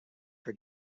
for